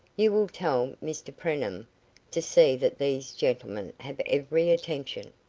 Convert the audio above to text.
you will tell mr preenham to see that these gentlemen have every attention.